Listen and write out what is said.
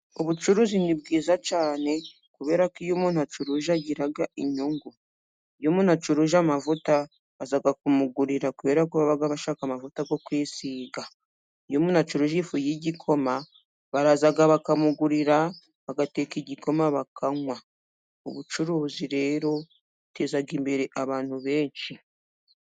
Ubucuruzi ni bwiza cyane，kubera ko iyo umuntu acuruje agira inyungu. Iyo umuntu acuruje amavuta baza kumugurira，kubera ko baba bashaka amavuta yo kwisiga，Iyo umuntu acuruje ifu y’igikoma，baraza bakamugurira， bagateka igikoma bakanywa，ubucuruzi rero buteza imbere abantu benshi.